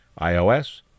iOS